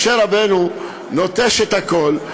משה רבנו נוטש את הכול,